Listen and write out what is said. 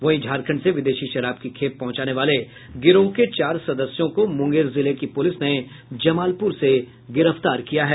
वहीं झारखंड से विदेशी शराब की खेप पहुंचाने वाले गिरोह के चार सदस्यों को मुंगेर जिले की पुलिस ने जमालपुर से गिरफ्तार किया है